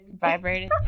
vibrated